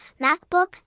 MacBook